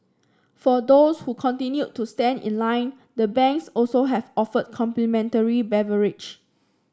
for those who continue to stand in line the banks also have offered complimentary beverage